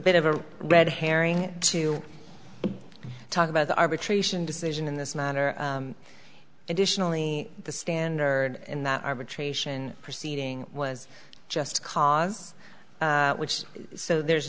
bit of a red herring to talk about the arbitration decision in this manner additionally the standard in that arbitration proceeding was just cause which so there's